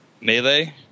Melee